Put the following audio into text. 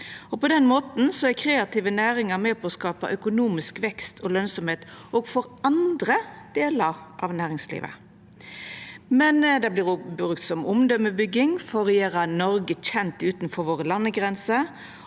På den måten er kreative næringar med på å skapa økonomisk vekst og lønsemd òg for andre delar av næringslivet. Det vert òg brukt som omdømebygging for å gjera Noreg kjent utanfor landegrensene